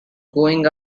going